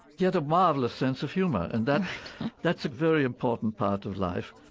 he had a marvelous sense of humor, and that's a very important part of life.